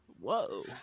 whoa